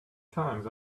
times